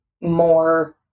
more